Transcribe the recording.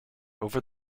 over